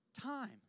Time